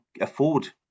afford